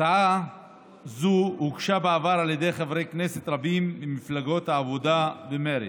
הצעה זו הוגשה בעבר על ידי חברי כנסת רבים ממפלגות העבודה ומרצ,